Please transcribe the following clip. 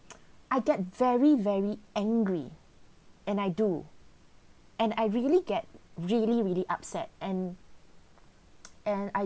I get very very angry and I do and I really get really really upset and and